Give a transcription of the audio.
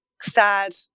sad